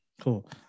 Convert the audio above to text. Cool